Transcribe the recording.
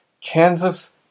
Kansas